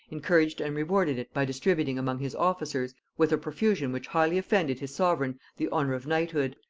encouraged and rewarded it by distributing among his officers, with a profusion which highly offended his sovereign, the honor of knighthood,